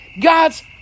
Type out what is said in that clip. God's